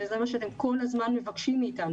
הרי זה מה שכל הזמן מבקשים מאיתנו,